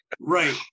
Right